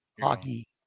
hockey